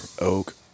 oak